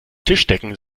tischdecken